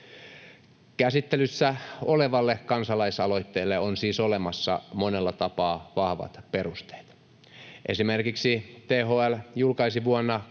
Käsittelyssä olevalle kansalaisaloitteelle on siis olemassa monella tapaa vahvat perusteet. Esimerkiksi THL julkaisi vuonna